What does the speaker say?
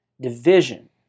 division